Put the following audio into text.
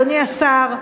אדוני השר,